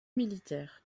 militaire